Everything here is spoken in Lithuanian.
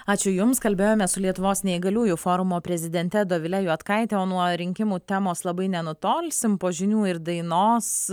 ačiū jums kalbėjome su lietuvos neįgaliųjų forumo prezidente dovile juodkaite o nuo rinkimų temos labai nenutolsim po žinių ir dainos